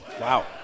Wow